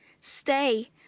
Stay